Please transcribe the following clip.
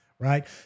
right